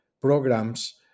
programs